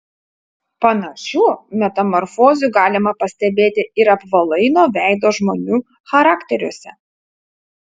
panašių metamorfozių galima pastebėti ir apvalaino veido žmonių charakteriuose